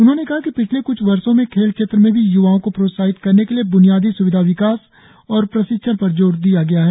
उन्होंने कहा कि पिछले क्छ वर्षो में खेल क्षेत्र में भी य्वाओं को प्रोत्साहित करने के लिए बुनियादी स्विधा विकास और प्रशिक्षण पर जोर दिया गया है